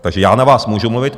Takže já na vás můžu mluvit.